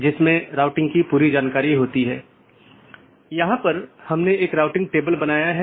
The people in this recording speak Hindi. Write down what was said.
BGP का विकास राउटिंग सूचनाओं को एकत्र करने और संक्षेपित करने के लिए हुआ है